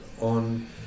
on